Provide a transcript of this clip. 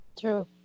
True